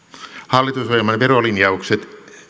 hallitusohjelman verolinjaukset